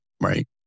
right